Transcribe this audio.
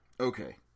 Okay